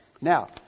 Now